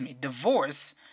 divorce